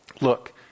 look